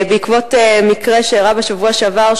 בעקבות מקרה שאירע בשבוע שעבר,